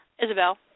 Isabel